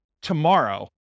tomorrow